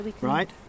Right